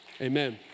Amen